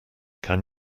can